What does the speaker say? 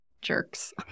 Jerks